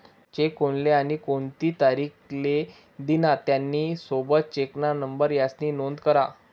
check कोनले आणि कोणती तारीख ले दिना, त्यानी सोबत चेकना नंबर यास्नी नोंद करा